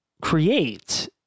create